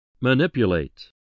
Manipulate